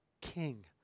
king